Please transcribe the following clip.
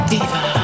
Diva